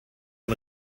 ein